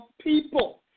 people